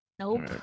Nope